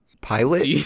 pilot